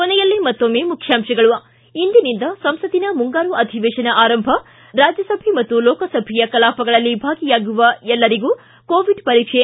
ಕೊನೆಯಲ್ಲಿ ಮತ್ತೊಮ್ನೆ ಮುಖ್ಯಾಂಶಗಳು ಿ ಇಂದಿನಿಂದ ಸಂಸತ್ತಿನ ಮುಂಗಾರು ಅಧಿವೇಶನ ಆರಂಭ ರಾಜ್ಯಸಭೆ ಮತ್ತು ಲೋಕಸಭೆಯ ಕಲಾಪಗಳಲ್ಲಿ ಭಾಗಿಯಾಗುವ ಎಲ್ಲರಿಗೂ ಕೋವಿಡ್ ಪರೀಕ್ಷೆ